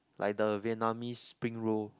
like the Vietnamese spring roll